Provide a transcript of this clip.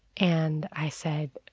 and i said,